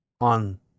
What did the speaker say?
on